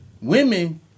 women